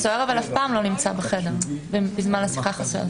הסוהר אף פעם לא נמצא בחדר בזמן השיחה החסויה.